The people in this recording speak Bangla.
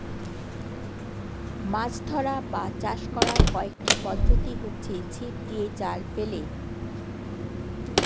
মাছ ধরা বা চাষ করার কয়েকটি পদ্ধতি হচ্ছে ছিপ দিয়ে, জাল ফেলে